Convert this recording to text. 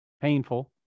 Painful